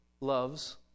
loves